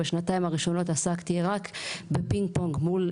בשנתיים הראשונות עסקתי רק בפינג-פונג מול